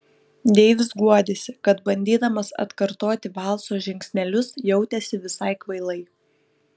deivis guodėsi kad bandydamas atkartoti valso žingsnelius jautėsi visai kvailai